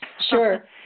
Sure